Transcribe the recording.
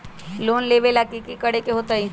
Loan लेबे ला की कि करे के होतई?